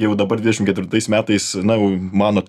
jau dabar dvidešimt ketvirtais metais na jau manot